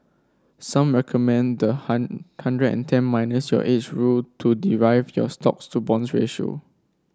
some recommend the hundred and ten minus your age rule to derive your stocks to bonds ratio